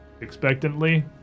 expectantly